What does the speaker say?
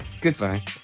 Goodbye